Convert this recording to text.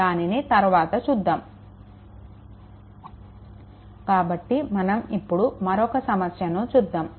దానిని తర్వాత చూద్దాము కాబట్టి మనం ఇప్పుడు మరొక సమస్య చూద్దాము